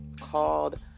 called